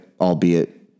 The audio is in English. albeit